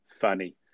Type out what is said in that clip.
funny